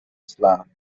islam